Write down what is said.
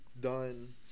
Done